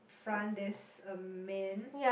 front there's a man